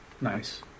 Nice